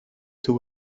two